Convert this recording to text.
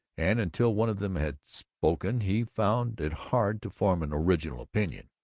and until one of them had spoken he found it hard to form an original opinion.